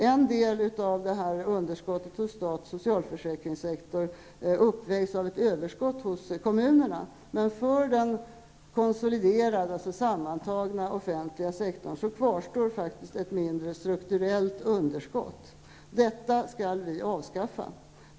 En del av underskottet hos staten och socialförsäkringssektorn uppvägs av ett överskott hos kommunerna, men för den konsoliderade, sammantagna offentliga sektorn kvarstår ett mindre strukturellt underskott. Det skall vi avskaffa.